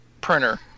printer